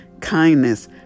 kindness